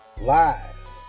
live